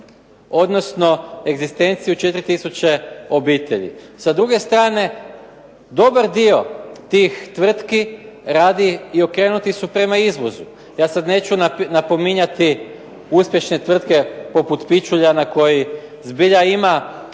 odnosno egzistenciju 4000 obitelji. Sa druge strane dobar dio tih tvrtki radi i okrenuti su prema izvozu. Ja sad neću napominjati uspješne tvrtke poput Pićuljana koji zbilja ima